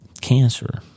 cancer